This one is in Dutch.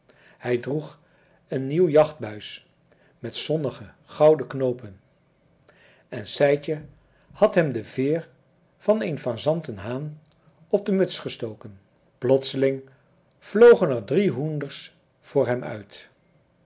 hij droeg een nieuw jachtbuis met zonnige gouden knoopen en sijtje had hem de veer van een fazanten haan op de muts gestoken plotseling vlogen er drie hoenders voor hem uit